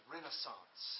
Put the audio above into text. Renaissance